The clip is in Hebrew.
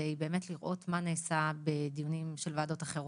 מנת באמת לראות מה נעשה בדיונים של ועדות אחרות.